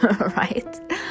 right